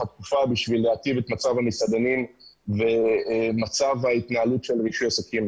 התקופה כדי להיטיב את מצב המסעדנים ומצב ההתנהלות של רישוי עסקים.